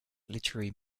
literary